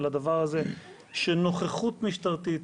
שנוכחות משטרתית,